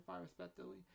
respectively